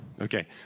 Okay